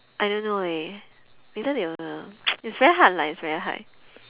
I don't know leh later they will it's very hard lah it's very hard